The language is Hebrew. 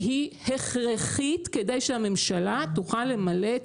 והיא הכרחית כדי שהממשלה תוכל למלא את